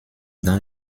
dans